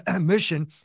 mission